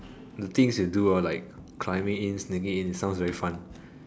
things you do hor like climbing in sneaking in sounds very fun